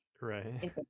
Right